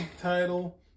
title